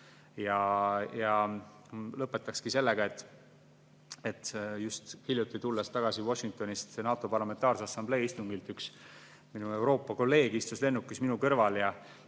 Ja lõpetangi sellega, et just hiljuti, kui tulin tagasi Washingtonist NATO Parlamentaarse Assamblee istungilt, istus üks mu Euroopa kolleeg lennukis minu kõrval ja